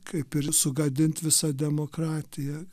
kaip ir sugadint visą demokratiją